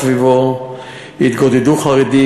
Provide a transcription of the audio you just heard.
סביבו התגודדו חרדים,